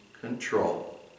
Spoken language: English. control